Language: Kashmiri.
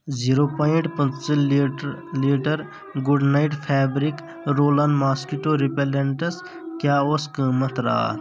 زیٖرو پوینٹ پٕنژہ litre litre Good Knight fabric roll on mosquito repellents کیٛاہ اوس قۭمتھ راتھ